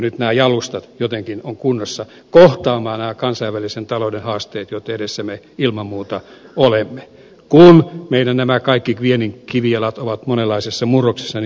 nyt nämä jalustat jotenkin ovat kunnossa kohtaamaan nämä kansainvälisen talouden haasteet joiden edessä me ilman muuta olemme kun kaikki nämä meidän viennin kivijalat ovat monenlaisessa murroksessa niin kuin täällä on puhuttu